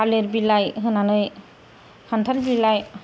थालिर बिलाइ होनानै खान्थाल बिलाइ